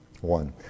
One